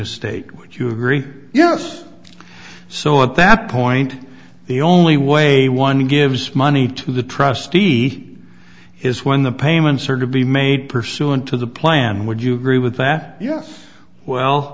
would you agree yes so at that point the only way one gives money to the trustee is when the payments are to be made pursuant to the plan would you agree with that yes well